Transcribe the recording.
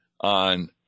on